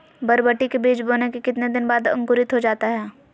बरबटी के बीज बोने के कितने दिन बाद अंकुरित हो जाता है?